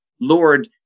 Lord